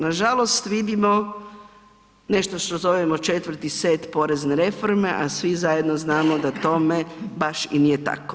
Nažalost vidimo nešto što zovemo 4. set porezne reforme, a svi zajedno znamo da tome baš i nije tako.